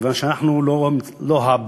מכיוון שאנחנו לא hub,